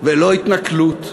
ולא התנכלות,